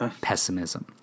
pessimism